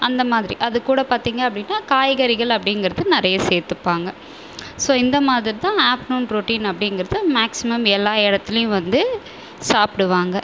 அந்த மாதிரி அதுக்கூட பார்த்திங்க அப்படினா காய்கறிகள் அப்படிங்கிறது நிறைய சேர்த்துப்பாங்க ஸோ இந்த மாதிரிதான் ஆஃப்டர்நூன் ரொட்டின் அப்படிங்கிறது மேக்சிமம் எல்லா இடத்துலையும் வந்து சாப்பிடுவாங்க